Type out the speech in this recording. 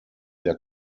der